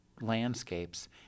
landscapes